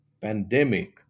pandemic